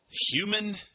Human